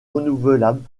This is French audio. renouvelables